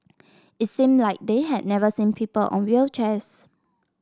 it seemed like they had never seen people on wheelchairs